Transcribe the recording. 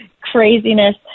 craziness